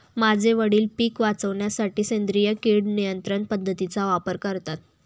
माझे वडील पिक वाचवण्यासाठी सेंद्रिय किड नियंत्रण पद्धतीचा वापर करतात